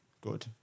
good